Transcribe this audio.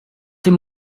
till